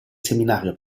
seminario